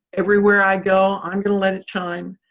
everywhere i go, i'm gonna let it shine.